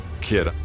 kid